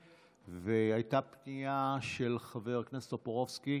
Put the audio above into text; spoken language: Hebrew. והייתה פנייה של חבר הכנסת טופורובסקי